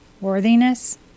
worthiness